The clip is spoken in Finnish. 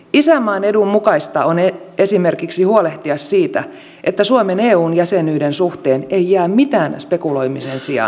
isänmaan edun mukaista on esimerkiksi huolehtia siitä että suomen eu jäsenyyden suhteen ei jää mitään spekuloimisen sijaa